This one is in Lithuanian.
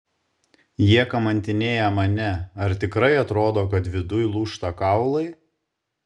jie kamantinėja mane ar tikrai atrodo kad viduj lūžta kaulai